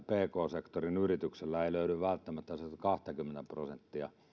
pk sektorin yritykseltä ei välttämättä löydy sitä kahtakymmentä prosenttia